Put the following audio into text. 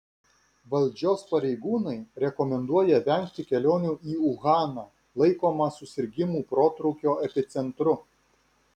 valdžios pareigūnai rekomenduoja vengti kelionių į uhaną laikomą susirgimų protrūkio epicentru